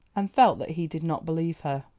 and felt that he did not believe her.